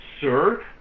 Sir